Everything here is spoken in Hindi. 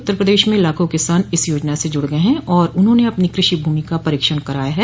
उत्तर प्रदेश में लाखों किसान इस योजना स जुड़ गए हैं और उन्होंने अपनी कृषि भूमि का परीक्षण कराया है